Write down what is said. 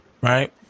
Right